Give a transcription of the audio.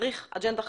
צריך אג'נדה חדשה,